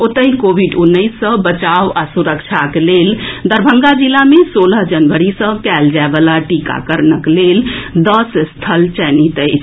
ओतहि कोविड उन्नैस सँ बचाव आ सुरक्षाक लेल दरभंगा जिला मे सोलह जनवरी सँ कयल जाएवला टीकाकरणक लेल दस स्थल चयनित अछि